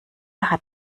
hat